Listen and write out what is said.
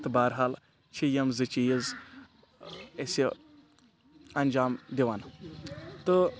تہٕ بہرحال چھِ یِم زٕ چیٖز أسہِ اَنجام دِوان تہٕ